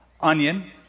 onion